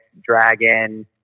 dragon